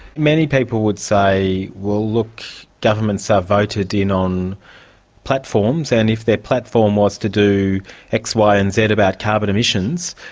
many people would say, well look, governments are voted in on platforms and if their platform was to do x, y and z about carbon emissions,